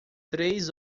três